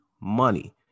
money